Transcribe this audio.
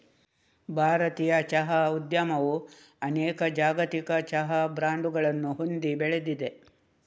ಭಾರತೀಯ ಚಹಾ ಉದ್ಯಮವು ಅನೇಕ ಜಾಗತಿಕ ಚಹಾ ಬ್ರಾಂಡುಗಳನ್ನು ಹೊಂದಿ ಬೆಳೆದಿದೆ